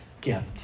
gift